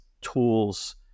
tools